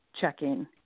checking